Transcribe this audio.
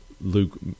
Luke